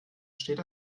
steht